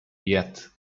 yet